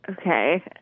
Okay